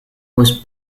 was